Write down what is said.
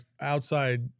outside